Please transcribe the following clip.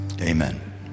Amen